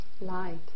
light